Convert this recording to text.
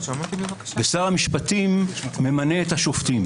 ושר המשפטים ממנה את השופטים.